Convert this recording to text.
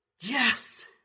Yes